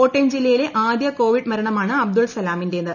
കോട്ടയം ജില്ലയിലെ ആദ്യ കോവിഡ് മരണമാണ് അബ്ദുൽ സലാമിന്റേത്